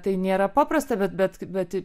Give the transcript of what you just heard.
tai nėra paprasta bet bet bet